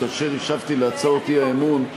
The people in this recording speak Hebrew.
כאשר השבתי על הצעות האי-אמון,